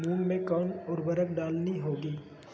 मूंग में कौन उर्वरक डालनी होगी?